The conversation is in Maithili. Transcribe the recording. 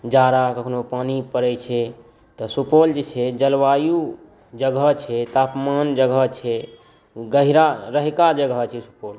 कखनहुँ जाड़ा कखनहुँ पानि परै छै तऽ सुपौल जे छै जलवायु जगह छै तापमान जगह छै गहिरा जगह छै सुपौल